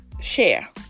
share